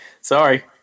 Sorry